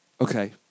Okay